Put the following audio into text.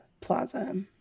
Plaza